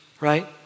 right